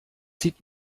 sieht